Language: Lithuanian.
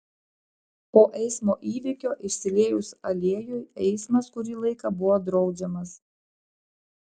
po eismo įvykio išsiliejus aliejui eismas kurį laiką buvo draudžiamas